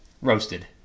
roasted